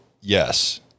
yes